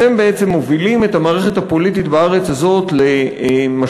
אתם בעצם מובילים את המערכת הפוליטית בארץ הזאת למשברים